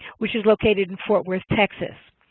which is located in fort worth, texas.